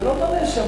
זה לא בא מהשמים,